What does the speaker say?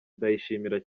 ndayishimira